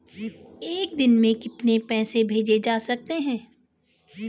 एक दिन में कितने पैसे भेजे जा सकते हैं?